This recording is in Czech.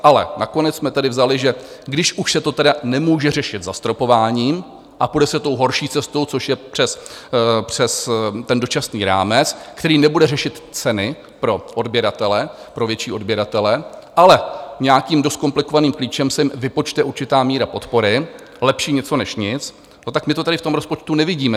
Ale nakonec jsme tedy vzali, že když už se to tedy nemůže řešit zastropováním a půjde se tou horší cestou, což je přes ten dočasný rámec, který nebude řešit ceny pro odběratele, pro větší odběratele, ale nějakým dost komplikovaným klíčem se jim vypočte určitá míra podpory, lepší něco než nic, no tak my to tady v tom rozpočtu nevidíme.